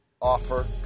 offer